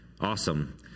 Awesome